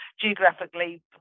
geographically